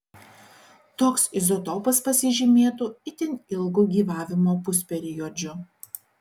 toks izotopas pasižymėtų itin ilgu gyvavimo pusperiodžiu